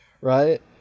right